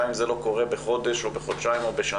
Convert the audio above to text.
גם אם זה לא קורה בחודש או בחודשיים או בשנה,